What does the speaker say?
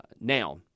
Now